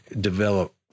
develop